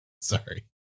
Sorry